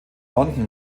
london